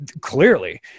Clearly